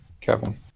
Kevin